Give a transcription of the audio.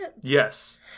Yes